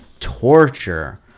torture